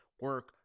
Work